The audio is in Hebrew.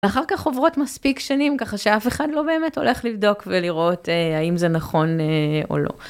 ואחר כך עוברות מספיק שנים ככה שאף אחד לא באמת הולך לבדוק ולראות האם זה נכון או לא.